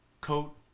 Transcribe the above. coat